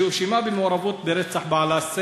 שהואשמה במעורבות ברצח בעלה,